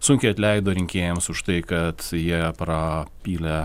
sunkiai atleido rinkėjams už tai kad jie pra pylė